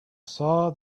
saw